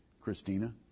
Christina